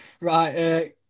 Right